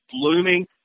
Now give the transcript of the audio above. blooming